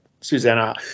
Susanna